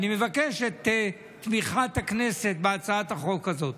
אני מבקש את תמיכת הכנסת בהצעת החוק הזאת.